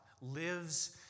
lives